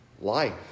Life